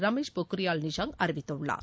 ரமேஷ் பொக்ரியால் நிஷாங்க் அறிவித்துள்ளார்